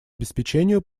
обеспечению